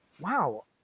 Wow